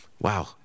wow